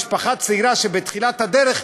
משפחה צעירה שבתחילת הדרך,